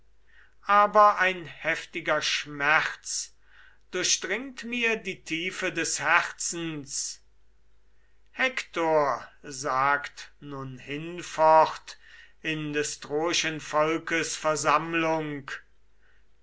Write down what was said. aber ein heftiger schmerz durchdringt mir die tiefe des herzens hektor sagt nun hinfort in des troischen volkes versammlung